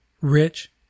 Rich